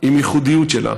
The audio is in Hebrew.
עם ייחודיות שלה,